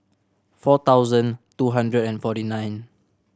four thousand two hundred and forty nine